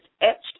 etched